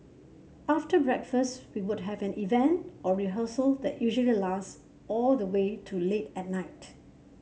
after breakfast we would have an event or rehearsal that usually lasts all the way to late at night